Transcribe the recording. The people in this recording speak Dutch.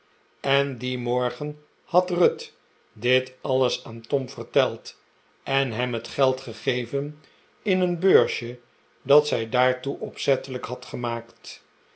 en dien morgen had ruth dit alles aan tom verteld en hem het geld gegeven in een beursje dat zij daartoe opzettelijk had gemaakt